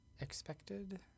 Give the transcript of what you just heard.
expected